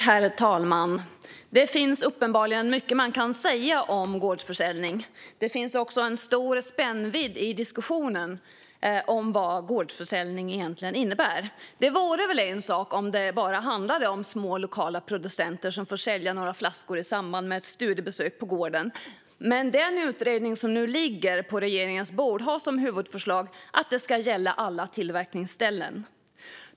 Herr talman! Det finns uppenbarligen mycket man kan säga om gårdsförsäljning. Det finns också en stor spännvidd i diskussionen om vad gårdsförsäljning egentligen innebär. Det vore väl en sak om det bara handlade om små lokala producenter som får sälja några flaskor i samband med ett studiebesök på gården. Men den utredning som nu ligger på regeringens bord har som huvudförslag att det ska gälla alla tillverkningsställen.